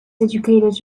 educated